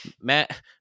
Matt